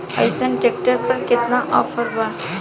अइसन ट्रैक्टर पर केतना ऑफर बा?